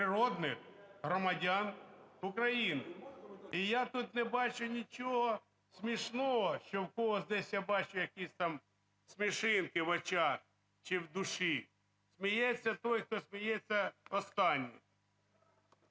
природних громадян України. І я тут не бачу нічого смішного, що у когось десь я бачу якісь там смішинки в очах чи в душі. Сміється той, хто сміється останній.